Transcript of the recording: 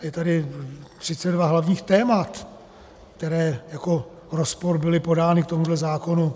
Je tady 32 hlavních témat, která jako rozpor byla podána k tomuto zákonu.